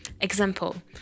example